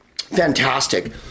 fantastic